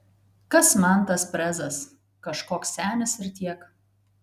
kas man tas prezas kažkoks senis ir tiek